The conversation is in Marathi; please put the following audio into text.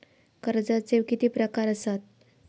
कर्जाचे किती प्रकार असात?